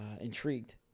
intrigued